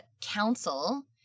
council